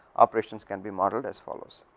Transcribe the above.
operations can be model as follows,